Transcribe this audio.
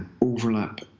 overlap